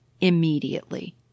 immediately